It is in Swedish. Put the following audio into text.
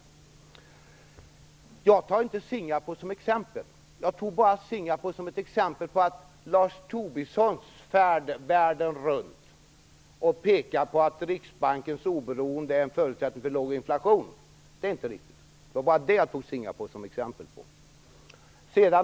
Jag tar inte Singapore som exempel. Det var bara ett exempel på hur Lars Tobisson färdas världen runt och pekar på att Riksbankens oberoende är en förutsättning för låg inflation. Det är inte riktigt, och det var det jag tog Singapore som exempel på.